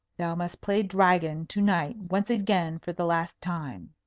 thou must play dragon to-night once again for the last time.